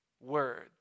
words